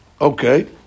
Okay